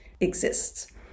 exists